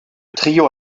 trio